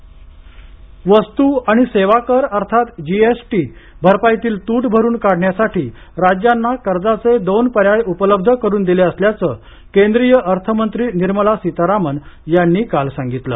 GST वस्तू आणि सेवा कर अर्थात जीएसटी भरपाईतील तूट भरून काढण्यासाठी राज्यांना कर्जाचे दोन पर्याय उपलब्ध करून दिले असल्याचं केंद्रीय अर्थ मंत्री निर्मला सीतारामन यांनी काल सांगितलं